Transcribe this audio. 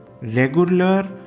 Regular